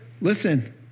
listen